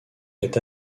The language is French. est